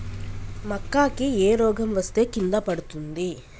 మక్కా కి ఏ రోగం వస్తే కింద పడుతుంది?